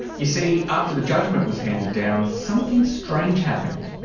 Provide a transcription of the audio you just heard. you see, after the judgement was handed down something strange happened.